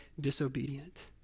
disobedient